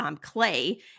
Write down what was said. clay